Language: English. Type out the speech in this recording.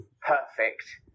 Perfect